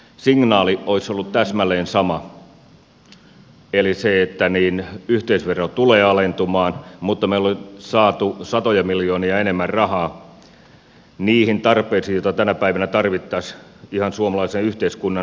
signaali olisi ollut täsmälleen sama eli se että yhteisövero tulee alentumaan mutta me olisimme saaneet satoja miljoonia enemmän rahaa muihin tarpeisiin niitä tänä päivänä tarvittaisiin ihan suomalaisen yhteiskunnan ylläpitämiseen